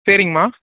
சரிங்கம்மா